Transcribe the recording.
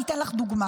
אני אתן לך דוגמה: